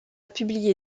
publié